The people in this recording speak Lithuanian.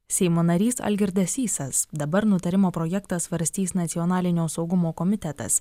seimo narys algirdas sysas dabar nutarimo projektą svarstys nacionalinio saugumo komitetas